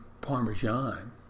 parmesan